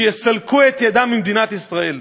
שיסלקו את ידם ממדינת ישראל.